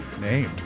named